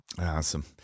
Awesome